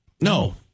No